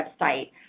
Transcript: website